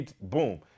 Boom